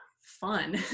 fun